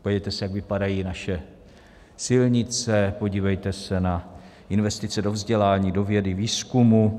Podívejte se, jak vypadají naše silnice, podívejte se na investice do vzdělání, do vědy, výzkumu.